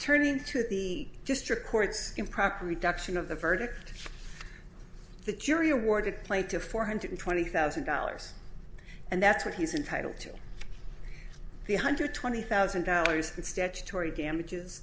turning to the district courts improper reduction of the verdict the jury awarded play to four hundred twenty thousand dollars and that's what he's entitled to the one hundred twenty thousand dollars statutory damages